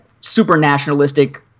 super-nationalistic